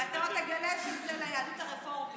אתה עוד תגלה שזה ליהדות הרפורמית.